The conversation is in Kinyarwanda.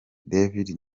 david